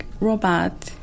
robot